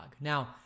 Now